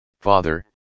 father